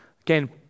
Again